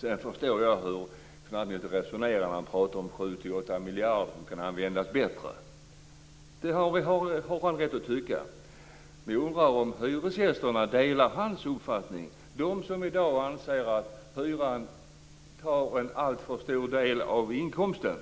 Sedan förstår jag hur finansministern resonerar när han pratar om att 7-8 miljarder kunde användas bättre. Det har han rätt att tycka. Jag undrar om hyresgästerna delar hans uppfattning. De som i dag anser att hyran tar en alltför stor del av inkomsten